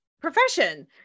profession